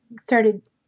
started